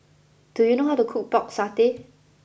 do you know how to cook Pork Satay